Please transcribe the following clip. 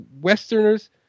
Westerners